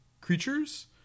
creatures